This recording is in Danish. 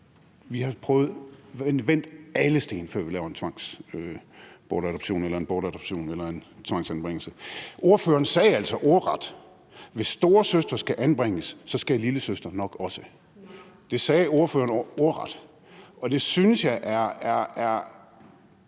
Vi har vendt alle sten, før vi laver en bortadoption eller en tvangsanbringelse. Ordføreren sagde altså ordret: Hvis storesøster skal anbringes, skal lillesøster nok også. Det sagde ordføreren ordret, og det synes jeg er